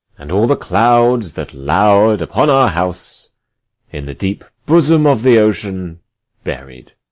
and all the clouds that lour'd upon our house in the deep bosom of the ocean buried.